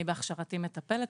אני בהכשרתי מטפלת